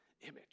image